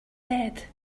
dead